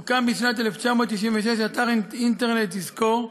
הוקם בשנת 1996 אתר האינטרנט "יזכור",